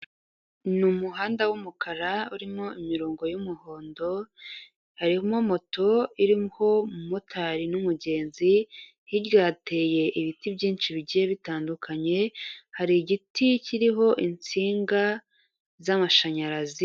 Ni umuhanda w'umukara urimo imirongo y'umuhondo, harimo moto iriho umumotari n'umugenzi, hirya hateye ibiti byinshi bigiye bitandukanye, hari igiti kiriho insinga z'amashanyarazi.